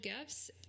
gifts